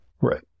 Right